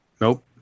nope